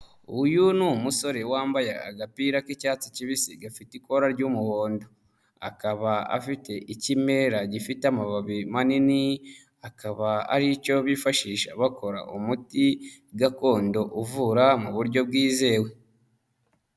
Uyu ni umusore wambaye agapira k'icyatsi kibisi gafite ikora ry'umuhondo, akaba afite ikimera gifite amababi manini, akaba ari icyo bifashisha bakora umuti gakondo uvura mu buryo bwizewe.